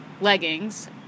leggings